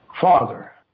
Father